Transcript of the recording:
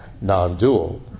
non-dual